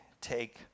take